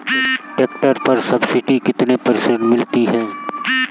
Tractor पर subsidy कितने प्रतिशत मिलती है?